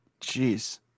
Jeez